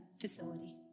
facility